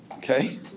Okay